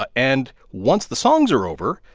ah and once the songs are over,